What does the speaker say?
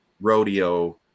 rodeo